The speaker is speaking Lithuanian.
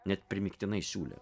net primygtinai siūlė